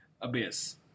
Abyss